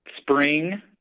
spring